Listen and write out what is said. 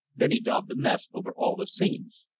then he daubed the mess over all the seams.